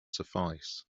suffice